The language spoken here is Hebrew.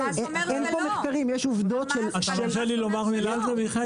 אין פה מחקרים יש עובדות של --- אתה מרשה לי לומר מילה על זה מיכאל?